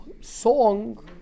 song